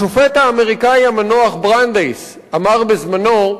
השופט האמריקני המנוח ברנדייס אמר בזמנו: